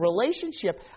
relationship